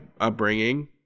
upbringing